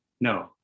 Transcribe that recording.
No